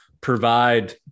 provide